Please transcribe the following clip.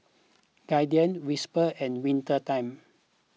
Guardian Whisper and Winter Time